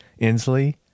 Inslee